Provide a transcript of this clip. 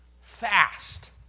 fast